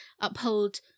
uphold